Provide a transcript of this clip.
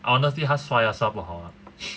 honestly 他刷牙刷不好 ah